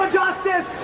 justice